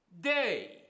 day